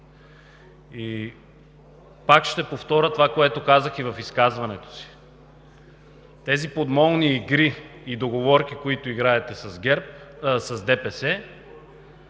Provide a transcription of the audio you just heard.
И пак ще повторя това, което казах и в изказването си: тези подмолни игри и договорки, които играете с ДПС,